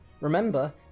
Remember